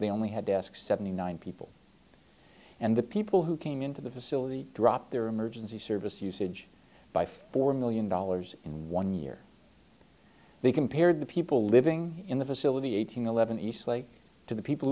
they only had desk seventy nine people and the people who came into the facility dropped their emergency service usage by four million dollars in one year they compared the people living in the facility eight hundred eleven eastlake to the people